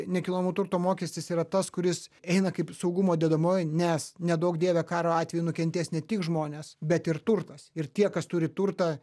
nekilnojamo turto mokestis yra tas kuris eina kaip saugumo dedamoji nes neduok dieve karo atveju nukentės ne tik žmonės bet ir turtas ir tie kas turi turtą